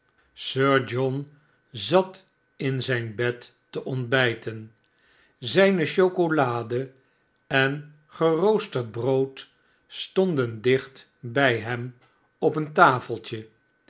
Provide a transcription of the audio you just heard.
sir john zat in zijn bed te ontbijten zijne chocolade en geroosterd brood stonden dicht bij hem op een tafeltje